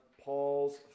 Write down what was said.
Paul's